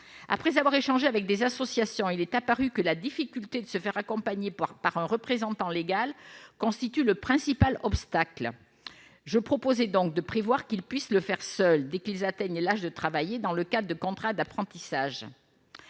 après avoir échangé avec des associations, il est apparu que la difficulté de se faire accompagner par par un représentant légal constitue le principal obstacle je proposé donc de prévoir qu'il puisse le faire seul dès qu'ils atteignent l'âge de travailler dans le cas de contrats d'apprentissage